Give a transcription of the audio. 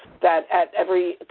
that at every,